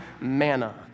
manna